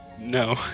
no